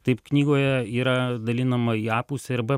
taip knygoje yra dalinama į a pusę ir b